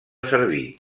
servir